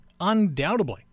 undoubtedly